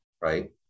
right